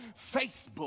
Facebook